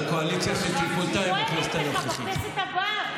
אני דואגת לך בכנסת הבאה.